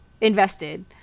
invested